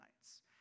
nights